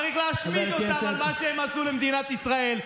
צריך להשמיד אותם על מה שהם עשו למדינת ישראל.